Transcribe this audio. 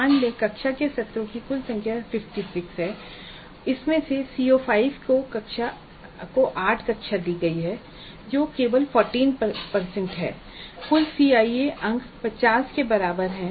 मान लें कि कक्षा के सत्रों की कुल संख्या 56 है और इसमें से CO5 को 8कक्षा दी गई है जो कि 14 प्रतिशत है और कुल CIE अंक 50 के बराबर है